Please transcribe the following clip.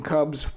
Cubs